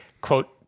quote